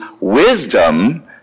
wisdom